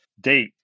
date